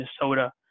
Minnesota